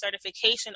certification